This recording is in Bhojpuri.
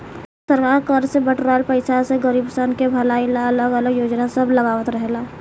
सरकार कर से बिटोराइल पईसा से गरीबसन के भलाई ला अलग अलग योजना सब लगावत रहेला